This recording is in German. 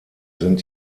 sind